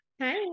Hi